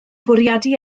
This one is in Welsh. bwriadu